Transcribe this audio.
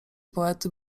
poety